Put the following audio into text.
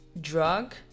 drug